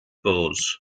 bows